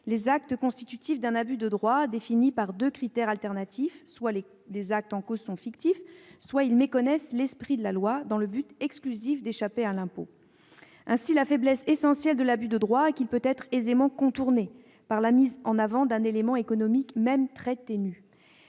les actes constitutifs d'un abus de droit, définis par deux critères alternatifs : soit les actes en cause sont fictifs, soit ils méconnaissent l'esprit de la loi, dans le but exclusif d'échapper à l'impôt. Ainsi, la faiblesse essentielle de l'abus de droit est d'être assez aisément contournable par la mise en avant d'un élément économique, même très ténu.